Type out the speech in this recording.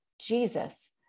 Jesus